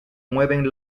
mueven